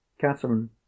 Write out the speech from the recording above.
catherine